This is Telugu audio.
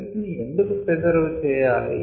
సెల్స్ ని ఎందుకు ప్రిజర్వ్ చేయాలి